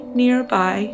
nearby